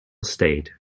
state